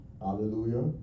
Hallelujah